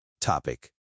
topic